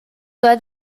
que